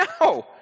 no